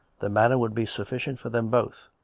the manor would be sufficient for them both.